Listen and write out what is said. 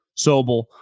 Sobel